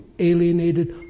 alienated